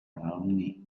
alumni